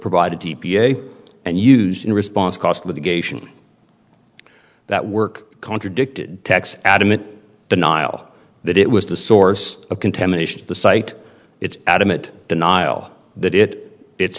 provided d p a and used in response costs litigation that work contradicted tex adamant denial that it was the source of contamination at the site it's adamant denial that it it